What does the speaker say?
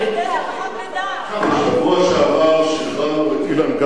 בשבוע שעבר שחררנו את אילן גרפל,